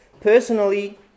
personally